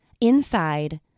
Inside